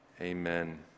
Amen